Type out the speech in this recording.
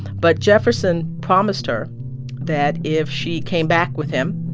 but jefferson promised her that if she came back with him,